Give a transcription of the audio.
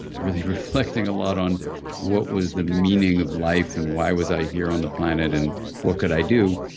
really reflecting a lot on what was the meaning of life and why was i here on the planet and what could i do?